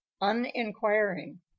uninquiring